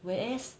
whereas